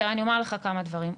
אני אומר לך כמה דברים,